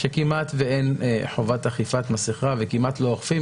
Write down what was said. שכמעט ואין חובת אכיפת מסכה וכמעט לא אוכפים,